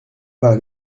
par